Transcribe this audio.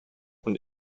und